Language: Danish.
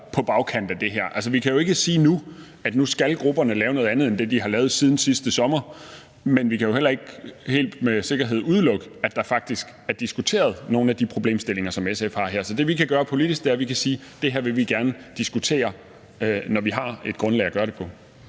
på bagkant af det her. Altså, vi kan jo ikke sige, at nu skal grupperne lave noget andet end det, de har lavet siden sidste sommer, men vi kan heller ikke helt med sikkerhed udelukke, at der faktisk er diskuteret nogle af de problemstillinger, som SF har med her. Så det, vi kan gøre politisk, er at sige: Det her vil vi gerne diskutere, når vi har et grundlag at gøre det på.